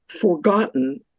forgotten